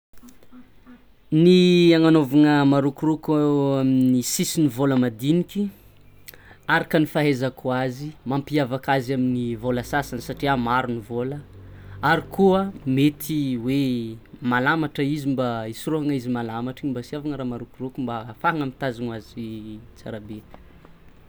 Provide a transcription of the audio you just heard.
Ny agnanaovagna marôkorôko amin'ny sisin'ny vaola madiniky araka ny fahaizako azy mampiavaka azy amin'ny vaola sasany satria maro ny vaola, ary koa mety hoe malamatra izy mba isoraohagna izy malamatra igny mba siavagna raha marôkorôko mba hafahagna mitazogno azy tsarabe.